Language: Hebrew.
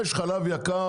יש חלב יקר,